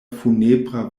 funebra